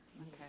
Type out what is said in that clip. okay